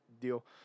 deal